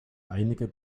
einige